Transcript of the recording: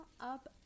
up